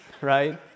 right